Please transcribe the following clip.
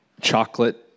chocolate